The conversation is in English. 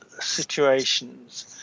situations